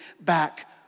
back